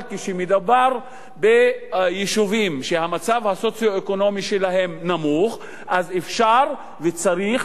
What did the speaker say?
אבל כאשר מדובר ביישובים שהמצב הסוציו-אקונומי שלהם נמוך אז אפשר וצריך,